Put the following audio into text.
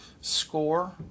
score